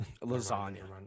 lasagna